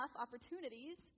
opportunities